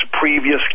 previous